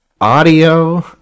audio